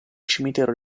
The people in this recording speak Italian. cimitero